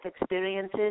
experiences